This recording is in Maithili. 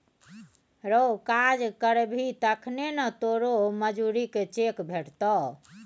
रौ काज करबही तखने न तोरो मजुरीक चेक भेटतौ